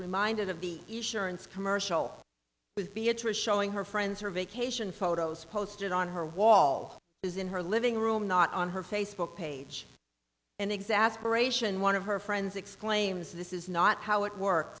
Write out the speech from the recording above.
reminded of the issuance commercial with beatrice showing her friends her vacation photos posted on her wall is in her living room not on her facebook page and exasperate in one of her friends exclaims this is not how it works